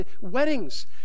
weddings